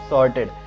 Sorted